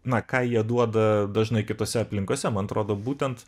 na ką jie duoda dažnai kitose aplinkose man atrodo būtent